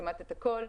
כמעט את הכול,